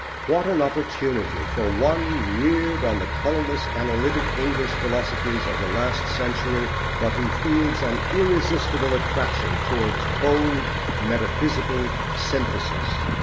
what an opportunity for one reared on the colourless analytic english philosophies of the last century, but who feels an irresistible attraction towards bold metaphysical synthesis!